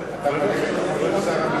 לוועדת הכלכלה נתקבלה.